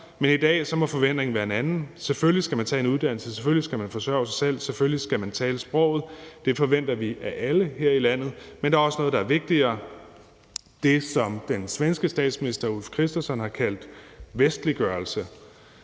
men i dag må forventningen være en anden. Selvfølgelig skal man tage en uddannelse, selvfølgelig skal man forsørge sig selv, og selvfølgelig skal man tale sproget. Det forventer vi af alle her i landet, men der er også noget, der er vigtigere, nemlig det, som den svenske statsminister, Ulf Kristersson, har kaldt vestliggørelse.